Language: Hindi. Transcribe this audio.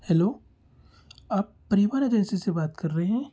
हेलो आप परिवहन एजेंसी से बात कर रहे हैं